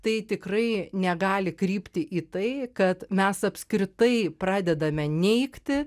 tai tikrai negali krypti į tai kad mes apskritai pradedame neigti